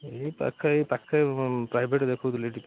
ଏଇ ପାଖ ଏଇ ପାଖ ପ୍ରାଇଭେଟ୍ରେ ଦେଖାଉଥିଲି ଟିକେ କରି